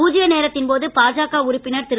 பூஜ்ஜிய நேரத்தின்போது பாஜக உறுப்பினர் திரு